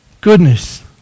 Goodness